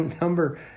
number